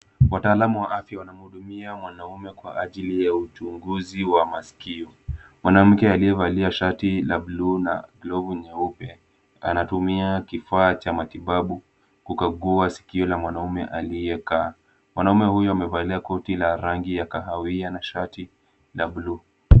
Wataalamu wa afya wanamhudumia mwanaume kwa ajili ya uchunguzi wa masikio. Mwanamke aliyevalia shati la blue na glovu nyeupe anatumia kifaa cha matibabu kukagua sikio la mwanaume aliyekaa. Mwanaume huyo amevalia koti la rangi ya kahawia na shati la blue .